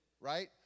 right